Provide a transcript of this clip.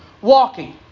Walking